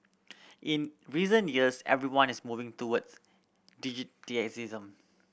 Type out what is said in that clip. in recent years everyone is moving towards digitisation